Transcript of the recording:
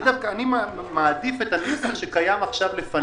אני מעדיף את הנוסח שקיים עכשיו לפנינו,